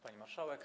Pani Marszałek!